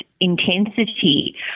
intensity